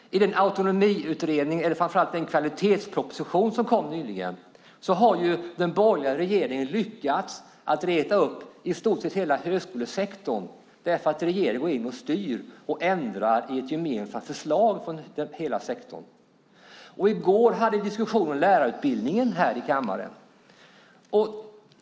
I Autonomiutredningen och framför allt i den kvalitetsproposition som kom nyligen har den borgerliga regeringen lyckats reta upp i stort sett hela högskolesektorn därför att regeringen går in och styr och ändrar i ett gemensamt förslag från hela sektorn. I går hade vi här i kammaren en diskussion om lärarutbildningen.